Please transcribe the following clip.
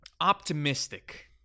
Optimistic